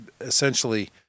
essentially